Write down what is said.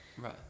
right